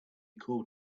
called